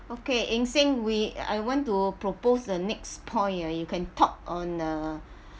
okay eng seng we I want to propose the next point ya you can talk on uh